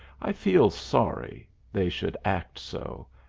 i feel sorry they should act so,